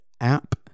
app